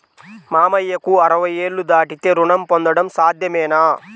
మామయ్యకు అరవై ఏళ్లు దాటితే రుణం పొందడం సాధ్యమేనా?